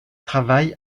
travaille